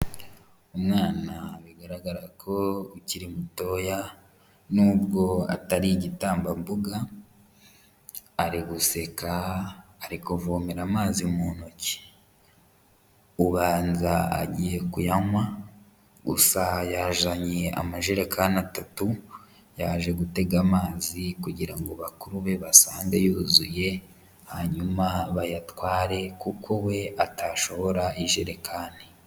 Umwana bigaragara ko ukiri mutoya nubwo atari igitambambuga, ariguseka, ari kuvomera amazi mu ntoki ubanza agiye kuyanywa. Gusa yazanye amajerekani atatu; yaje gutega amazi kugira ngo bakuru be basange yuzuye hanyuma bayatware, kuko we atashobora ijerekani.